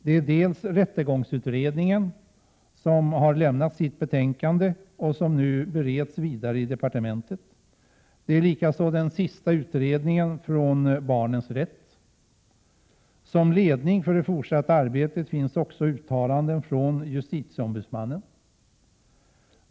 Det är rättegångsutredningen, som har avlämnat sitt betänkande, som nu bereds vidare i departementet. Det är utredningen om barnens rätt, som avgivit sitt sista delbetänkande. Som ledning för det fortsatta arbetet finns också uttalanden från justitieombudsmannen.